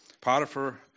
Potiphar